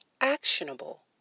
actionable